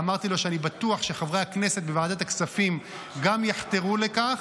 ואמרתי לו שאני בטוח שחברי הכנסת בוועדת הכספים גם יחתרו לכך,